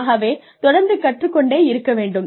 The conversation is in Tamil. ஆகவே தொடர்ந்து கற்றுக் கொண்டே இருக்க வேண்டும்